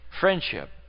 friendship